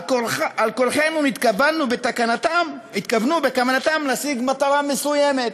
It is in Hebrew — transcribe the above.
על-כורחנו נתכוונו בתקנתם להשיג מטרה מסוימת.